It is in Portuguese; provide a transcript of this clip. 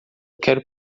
quero